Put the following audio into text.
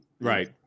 Right